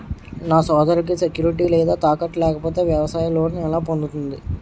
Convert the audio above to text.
నా సోదరికి సెక్యూరిటీ లేదా తాకట్టు లేకపోతే వ్యవసాయ లోన్ ఎలా పొందుతుంది?